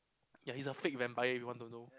ya he's a fake vampire if you want to know